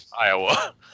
Iowa